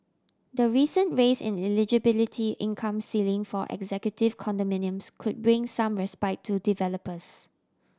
the recent raise in eligibility income ceiling for executive condominiums could bring some respite to developers